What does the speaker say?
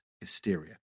hysteria